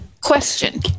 Question